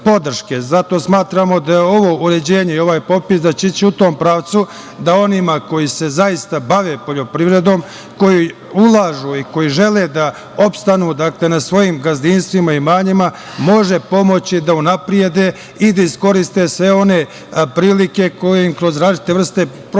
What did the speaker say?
smatramo da će ovo uređenje i ovaj popis ići u tom pravcu, da onima koji se zaista bave poljoprivredom, koji ulažu i koji žele da opstanu na svojim gazdinstvima, imanjima može pomoći da unaprede i da iskoriste sve one prilike koje im kroz različite vrste projekata